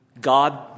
God